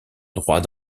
droit